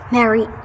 Mary